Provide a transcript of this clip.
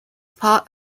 part